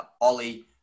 Ollie